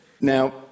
Now